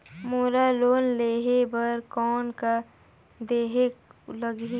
मोला लोन लेहे बर कौन का देहेक लगही?